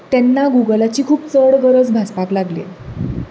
तेन्ना गुगलाची खूब चड गरज भासपाक लागली